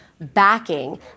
backing